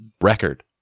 record